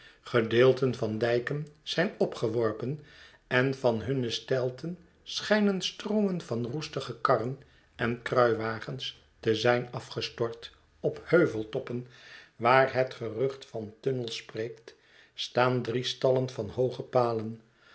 gedeelten van dijken zijn opgeworpen en van hunne steilten schijnen stroomen van roestige karren en kruiwagens te zijn afgestort op heuveltoppen waar het gerucht van tunnels spreekt staan driestallen van hooge palen